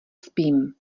spím